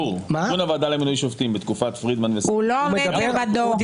הוועדה למינוי שופטים בתקופת פרידמן --- הוא לא עומד לבדו.